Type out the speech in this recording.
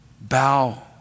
Bow